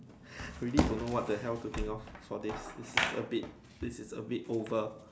really don't know what the hell to think of for this this is a bit this is a bit over